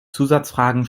zusatzfragen